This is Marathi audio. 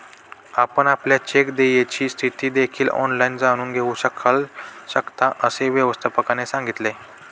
आपण आपल्या चेक देयची स्थिती देखील ऑनलाइन जाणून घेऊ शकता, असे व्यवस्थापकाने सांगितले